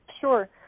Sure